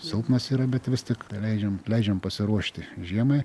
silpnas yra bet vis tik paleidžiam leidžiam pasiruošti žiemai